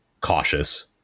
cautious